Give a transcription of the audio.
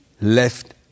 left